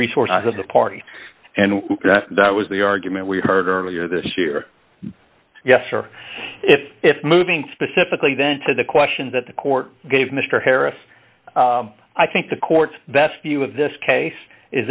resources of the party and that was the argument we heard earlier this year yes or if it's moving specifically then to the question that the court gave mr harris i think the court's best view of this case is